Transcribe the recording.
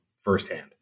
firsthand